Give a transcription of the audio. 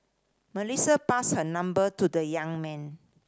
Melissa passed her number to the young man